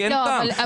כי אין טעם.